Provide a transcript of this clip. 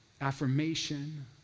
affirmation